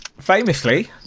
Famously